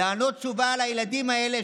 לענות תשובה על הילדים האלה,